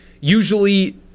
Usually